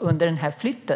under flytten?